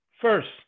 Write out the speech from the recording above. First